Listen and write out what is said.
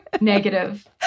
negative